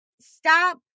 stop